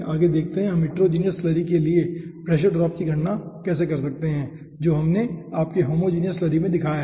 आगे आइए हम हिटेरोजीनियस स्लरी के लिए प्रेशर ड्रॉप की गणना देखें जो हमने आपके होमोजीनियस स्लरी में दिखाया है